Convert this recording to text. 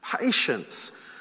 patience